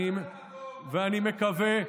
אני מקווה מאוד,